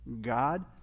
God